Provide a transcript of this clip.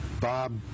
Bob